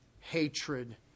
hatred